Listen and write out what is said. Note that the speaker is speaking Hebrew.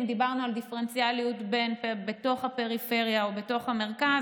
אם דיברנו על דיפרנציאליות בתוך הפריפריה או בתוך המרכז,